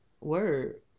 word